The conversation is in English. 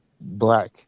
black